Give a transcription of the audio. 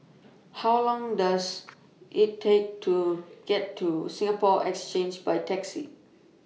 How Long Does IT Take to get to Singapore Exchange By Taxi